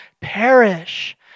perish